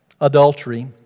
Adultery